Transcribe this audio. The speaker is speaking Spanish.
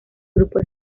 grupo